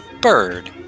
bird